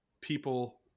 people